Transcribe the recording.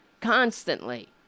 constantly